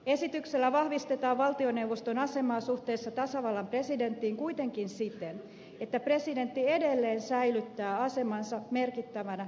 esityksellä vahvistetaan valtioneuvoston asemaa suhteessa tasavallan presidenttiin kuitenkin siten että presidentti edelleen säilyttää asemansa merkittävänä valtioelimenä